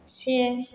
से